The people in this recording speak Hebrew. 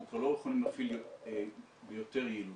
כבר לא יכולים להפעיל ביותר יעילות.